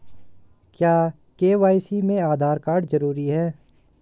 क्या के.वाई.सी में आधार कार्ड जरूरी है?